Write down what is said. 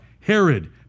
Herod